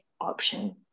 option